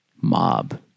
mob